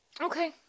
okay